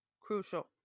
crucial